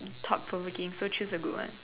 talk from within so choose a good one